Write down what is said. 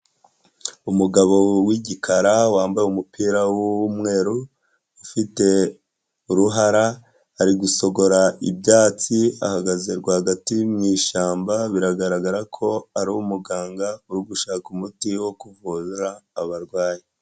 Umugabo w'igikara wambaye umupira w'umweru ufite uruhara, ari gusogora ibyatsi, ahagaze rwagati mu ishyamba, biragaragara ko ari umuganga uri gushaka umuti wo kuvura abarwayi.